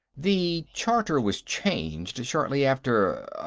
the charter was changed shortly after. er,